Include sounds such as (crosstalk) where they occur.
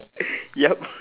(laughs) yup